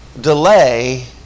Delay